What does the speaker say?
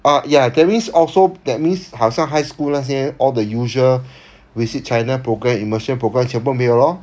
ah ya that means also that means 好像 high school 那些 all the usual visit china programme immersion programme 全部没有 lor